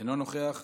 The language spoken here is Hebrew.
אינו נוכח,